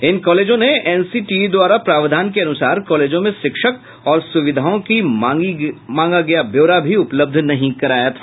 इन कॉलेजों ने एनसीटीई द्वारा प्रावधान के अनुसार कॉलेजों में शिक्षक और सुविधाओं की मांगी गयी ब्योरा भी उपलब्ध नहीं कराया था